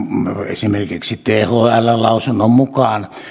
esimerkiksi thln lausunnon mukaan